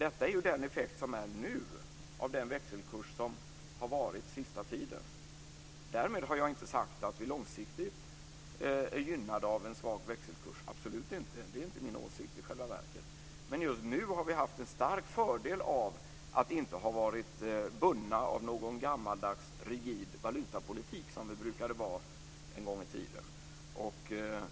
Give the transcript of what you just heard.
Det är den effekt som är nu av den växelkurs som har varit sista tiden. Därmed har jag inte sagt att vi långsiktigt är gynnad av en svag växelkurs. Absolut inte. Det är i själva verket inte min åsikt. Just nu har vi haft en stark fördel av att inte ha varit bundna av någon gammaldags rigid valutapolitik - som vi var en gång i tiden.